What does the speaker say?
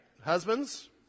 Husbands